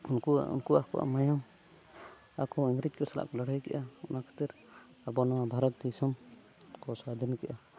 ᱩᱱᱠᱩᱣᱟᱜ ᱩᱱᱠᱩ ᱟᱠᱚᱣᱟᱜ ᱢᱟᱭᱟᱢ ᱟᱠᱚ ᱤᱝᱨᱮᱡᱽ ᱠᱚ ᱥᱟᱞᱟᱜ ᱠᱚ ᱞᱟᱹᱲᱦᱟᱹᱭ ᱠᱮᱜᱼᱟ ᱚᱱᱟ ᱠᱷᱟᱹᱛᱤᱨ ᱟᱵᱚ ᱱᱚᱣᱟ ᱵᱷᱟᱨᱚᱛ ᱫᱤᱥᱚᱢ ᱠᱚ ᱥᱟᱹᱫᱷᱤᱱ ᱠᱮᱜᱼᱟ